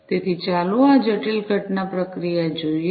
તેથી ચાલો આ જટિલ ઘટના પ્રક્રિયા જોઈએ